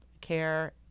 care